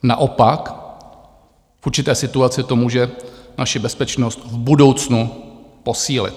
Naopak, v určité situaci to může naši bezpečnost v budoucnu posílit.